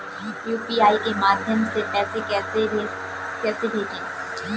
UPI के माध्यम से पैसे को कैसे भेजें?